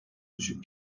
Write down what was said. düşük